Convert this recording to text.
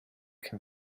can